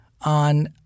on